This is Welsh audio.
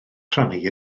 rhai